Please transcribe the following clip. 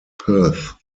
perth